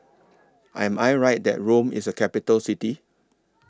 Am I Right that Rome IS A Capital City